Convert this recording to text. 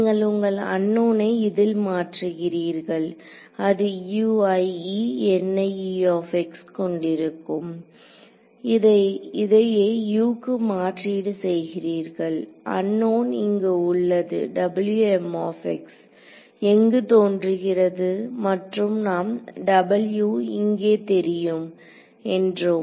நீங்கள் உங்கள் அன்னோன்னை இதில் மாற்றுகிறீர்கள் அது கொண்டிருக்கும் இதையே U க்கு மாற்றீடு செய்கிறீர்கள் அன்னோன் இங்கு உள்ளது எங்கு தோன்றுகிறது மற்றும் நாம் W இங்கே தெரியும் என்றோம்